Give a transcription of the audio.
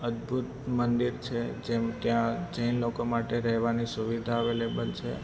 અદભૂત મંદિર છે જેમ ત્યાં જૈન લોકો માટે રહેવાની સુવિધા અવેલેબલ છે